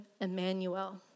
Emmanuel